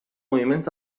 moviments